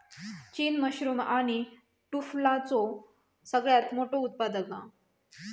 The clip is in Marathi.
चीन मशरूम आणि टुफलाचो सगळ्यात मोठो उत्पादक हा